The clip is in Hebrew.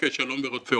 בקש שלום ורדפהו.